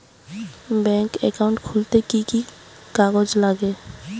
Bank account খুলতে কি কি কাগজ লাগে?